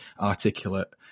articulate